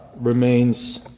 remains